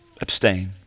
abstain